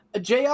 jr